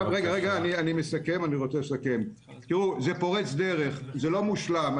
אני מסכם תראו, זה פורץ דרך, זה לא מושלם.